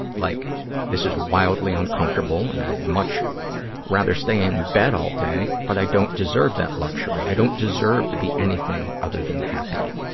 like this is wildly uncomfortable and i'd much rather stay in bed all day, but i don't deserve that luxury. i don't deserve to be anything other than happy.